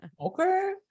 okay